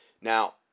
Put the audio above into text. now